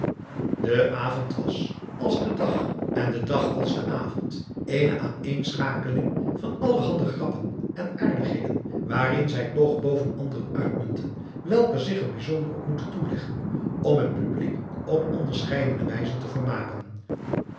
de avond was als de dag en de dag als de avond eene aanéénschakeling van allerhande grappen en aardigheden waarin zij toch boven anderen uitmunten welke zich er bijzonder op moeten toeleggen om het publiek op onderscheidene wijzen te vermaken